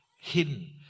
hidden